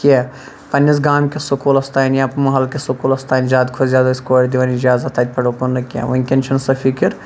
کینٛہہ پَننِس گامکِس سوٚکوٗلَس تام یا مَحَلہٕ کِس سوٚکوٗلَس تام زیاد کھۄتہ زیاد ٲسۍ کورِ دِوان اِجازَت تَتہِ پیٹھ اُکُن نہٕ کینٛہہ وٕنکٮ۪ن چھَنہٕ سۄ فِکر